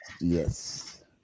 yes